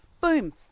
boom